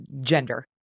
gender